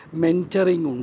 mentoring